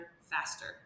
faster